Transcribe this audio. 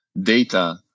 data